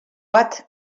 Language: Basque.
bat